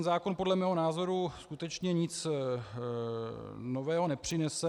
Zákon podle mého názoru skutečně nic nového nepřinese.